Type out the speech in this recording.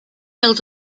held